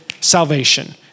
salvation